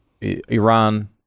iran